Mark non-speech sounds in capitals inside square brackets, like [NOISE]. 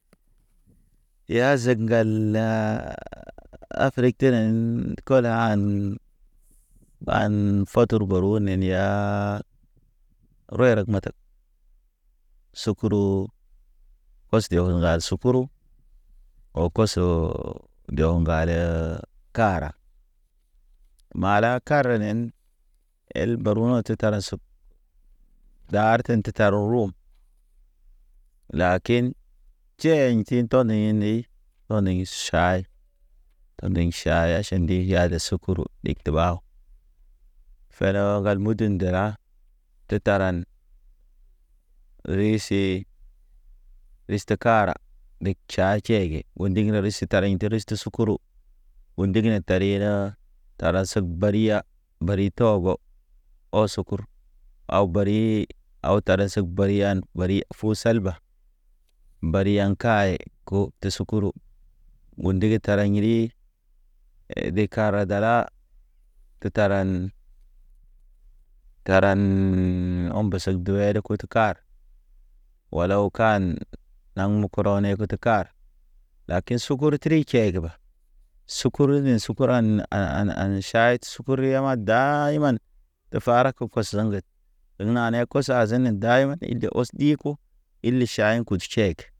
Iya zeg ŋgal Afrikenen pəle an, ɓan fotur gɔrunen ya. Rɔy ya matak, sukuru; ɔs de ŋgol ŋgal sukuru, oo koso. De oo ŋgalə, kara, mala karanen, el barunen to tara se. Darten te taro roo, lakin tʃi aɲ ti to̰ niney, toniŋ ʃay. Ɔndiŋ ʃa ya ʃa ndi ya de kukuru ɗig te ɓaw, felo gan munden de ra, te taran risi, ris te kara. Neg ʈʃatʃege o ndiŋ na ris se intariŋ te sukuru, o ndig na tarire, tara seg bariya. Bari tɔɔgɔ ɔ sukur, aw barii, aw tara seg bari yan, bari fu salba. Bari yaŋ kaye, ko te sukuru, ŋgu ndigi tara ḭri. De kara dala ke taran karaan o̰ mba sag duwer kut kar. Walaw kan, naŋ mu kurɔ ne kutu kar. Lakin sukuru tri tʃege ɓa, sukuru ne, sukuru an [HESITATION] ʃay. Sukuru ya ma dayman et fara pas le ŋged, ɗeg nane kos azenen dayman, in de ɔs ɗiko, ile ʃayin kut ʃek.